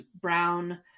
brown